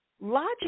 logic